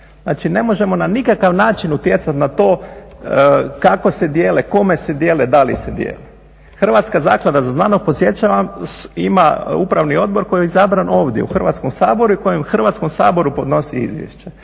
Znači, ne možemo na nikakav način utjecati na to kako se dijele, kome se dijele, da li se dijele. Hrvatska zaklada za znanost podsjećam vas ima upravni odbor koji je izabran ovdje u Hrvatskom saboru i kojem Hrvatskom saboru podnosi izvješće.